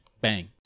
bang